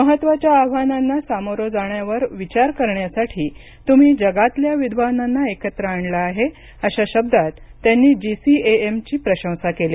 महत्त्वाच्या आव्हानांना सामोरं जाण्यावर विचार करण्यासाठी तुम्ही जगातल्या विद्वानांना एकत्र आणलं आहे अशा शब्दात त्यांनी जीसीएएमची प्रशंसा केली